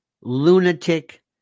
lunatic